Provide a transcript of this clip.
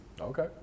Okay